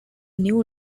new